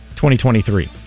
2023